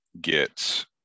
get